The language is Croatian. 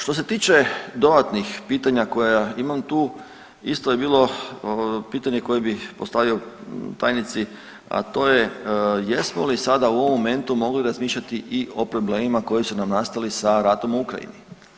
Što se tiče dodatnih pitanja koja imam tu isto je bilo pitanje koje bih postavio tajnici, a to je jesmo li sada u ovom momentu mogli razmišljati i o problemima koji su nam nastali sa ratom u Ukrajini.